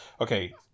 okay